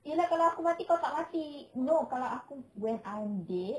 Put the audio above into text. ya lah kalau aku mati kau tak mati no kalau aku when I'm dead